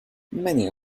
many